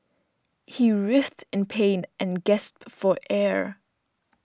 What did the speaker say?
he writhed in pain and gasped for air